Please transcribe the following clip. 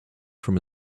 from